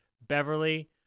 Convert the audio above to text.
Beverly